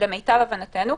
למיטב הבנתנו.